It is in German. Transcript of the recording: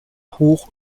hoch